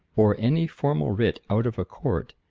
or any formal writ out of a court,